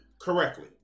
correctly